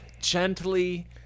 gently